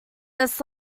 this